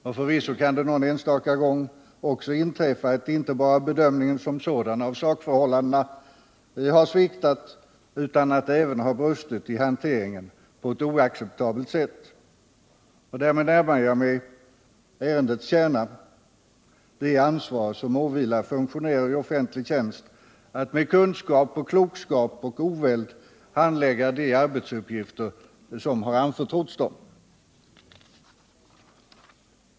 Och förvisso kan det någon enstaka gång också inträffa att inte bara bedömningen som sådan av sakförhållandena har sviktat utan att det även har brustit i hanteringen på ett oacceptabelt sätt. Därmed närmar jag mig ärendets kärna — det ansvar som åvilar funktionärer i offentlig tjänst att med kunskap, klokskap och oväld handlägga de arbetsuppgifter som har anförtrotts dem.